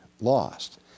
lost